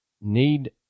need